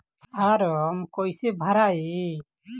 Form कईसे भराई?